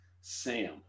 Sam